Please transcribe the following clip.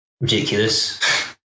ridiculous